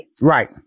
Right